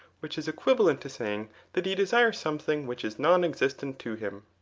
which is equivalent to saying that he desires something which is non-existent to him,